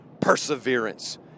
perseverance